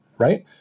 right